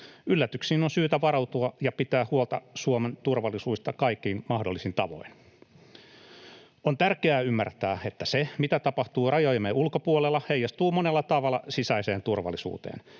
Yllätyksiin on syytä varautua ja pitää huolta Suomen turvallisuudesta kaikin mahdollisin tavoin. On tärkeää ymmärtää, että se, mitä tapahtuu rajojemme ulkopuolella, heijastuu monella tavalla sisäiseen turvallisuuteen.